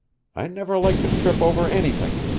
i never like to trip over anything.